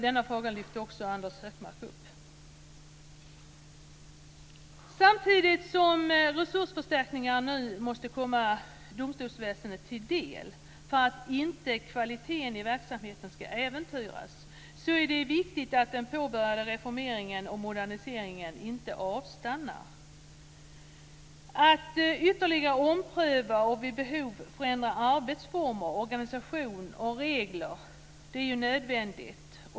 Denna fråga lyfte också Anders Högmark fram. Samtidigt som resursförstärkningar nu måste komma domstolsväsendet till del, för att inte kvaliteten i verksamheten ska äventyras, är det viktigt att den påbörjade reformeringen och moderniseringen inte avstannar. Att ytterligare ompröva och vid behov förändra arbetsformer, organisation och regler är nödvändigt.